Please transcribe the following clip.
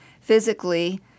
physically